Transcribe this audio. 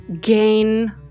gain